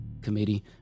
committee